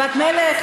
בת מלך,